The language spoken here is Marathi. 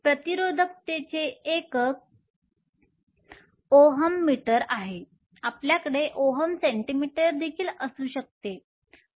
प्रतिरोधकतेचे एकक Ω m आहे आपल्याकडे Ω सेमी Ω cm देखील असू शकते